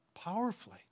powerfully